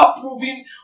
proving